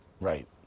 Right